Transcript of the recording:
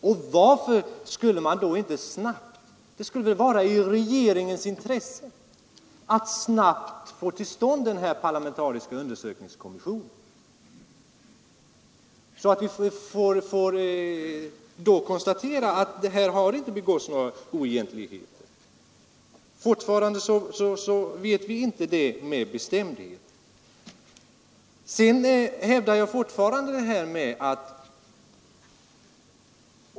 Det skulle väl då vara i regeringens intresse att snabbt få till stånd den parlamentariska undersökningskommissionen, så att vi får konstatera att här inte har begåtts några oegentligheter. Ännu vet vi inte det med bestämdhet.